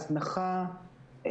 הזנחה,